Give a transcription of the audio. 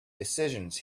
decisions